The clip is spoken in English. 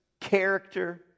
character